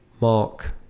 mark